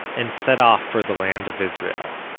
and set off for the land of israel.